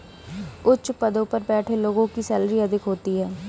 उच्च पदों पर बैठे लोगों की सैलरी अधिक होती है